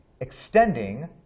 extending